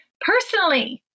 personally